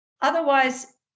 Otherwise